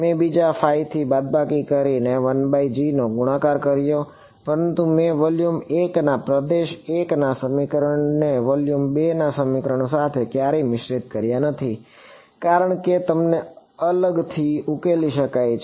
મેં બીજાનેથી બાદબાકી કરીને નો ગુણાકાર કર્યો પરંતુ મેં વોલ્યુમ 1 ના પ્રદેશ 1 ના સમીકરણોને વોલ્યુમ 2 ના સમીકરણો સાથે ક્યારેય મિશ્રિત કર્યા નથી કારણ કે તેમને અલગથી ઉકેલી શકાય છે